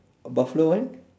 a Buffalo eh